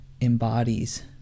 embodies